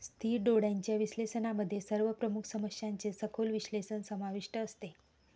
स्थिर डोळ्यांच्या विश्लेषणामध्ये सर्व प्रमुख समस्यांचे सखोल विश्लेषण समाविष्ट असते